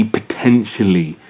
potentially